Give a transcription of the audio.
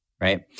Right